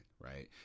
right